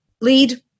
Lead